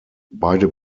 beide